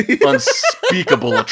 unspeakable